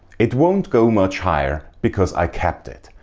it won't go much higher because i capped it.